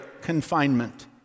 confinement